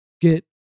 get